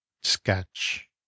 Sketch